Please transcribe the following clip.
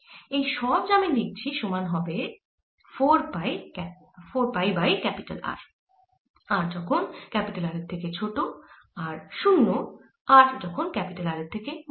এই সব যা আমি লিখেছি সমান হবে 4 পাই বাই R r যখন R এর থেকে ছোট আর 0 r R এর থেকে বড় হলে